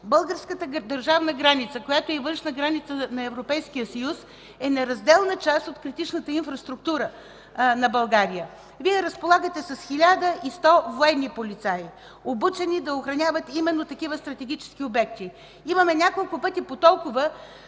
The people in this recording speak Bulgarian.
Българската държавна граница, която е и външна граница на Европейския съюз, е неразделна част от критичната инфраструктура на България. Вие разполагате с 1100 военни полицаи, обучени да охраняват именно такива стратегически обекти. Имаме няколко пъти по толкова